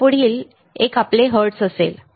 आता पुढील एक आपले हर्ट्झ असेल